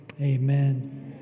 amen